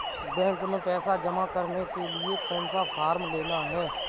Bank में पैसा जमा करने के लिए कौन सा फॉर्म लेना है?